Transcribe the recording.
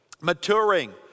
maturing